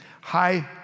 high